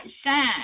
shine